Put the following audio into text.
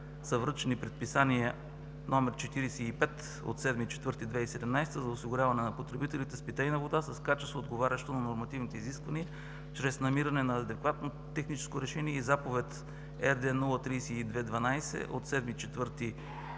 връчени предписания № 45 от 7 април 2017 г. за осигуряване на потребителите с питейна вода с качество, отговарящо на нормативните изисквания чрез намиране на адекватно техническо решение и заповед РД 032-12 от 7